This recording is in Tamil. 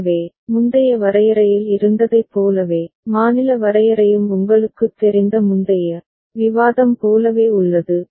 எனவே முந்தைய வரையறையில் இருந்ததைப் போலவே மாநில வரையறையும் உங்களுக்குத் தெரிந்த முந்தைய விவாதம் போலவே உள்ளது